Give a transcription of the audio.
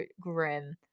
grim